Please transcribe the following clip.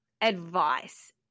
advice